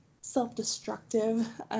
self-destructive